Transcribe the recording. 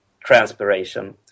transpiration